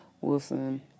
Wilson